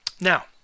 Now